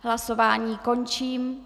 Hlasování končím.